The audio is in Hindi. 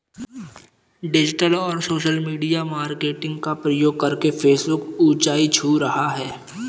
डिजिटल और सोशल मीडिया मार्केटिंग का प्रयोग करके फेसबुक ऊंचाई छू रहा है